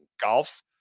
golf